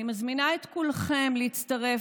אני מזמינה את כולכם להצטרף.